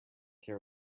care